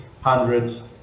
hundreds